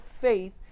faith